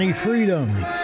freedom